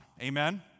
Amen